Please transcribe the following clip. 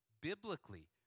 Biblically